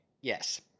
yes